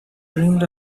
dreamed